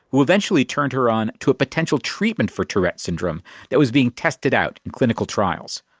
who eventually turned her on to a potential treatment for tourettes syndrome that was being tested out in clinical trials.